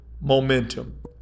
momentum